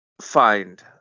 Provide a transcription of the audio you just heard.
find